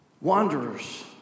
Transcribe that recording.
Wanderers